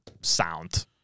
Sound